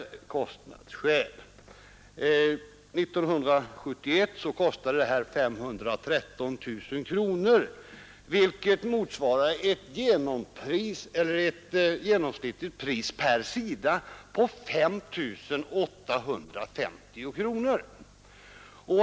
År 1971 kostade införandet av dessa uppgifter 513 000 kronor, vilket motsvaras av ett genomsnittligt pris per sida på 5 850 kronor.